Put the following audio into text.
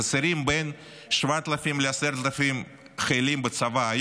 חסרים בין 7,000 ל-10,000 חיילים בצבא.